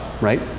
right